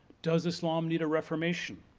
does islam need a reformation?